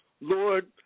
Lord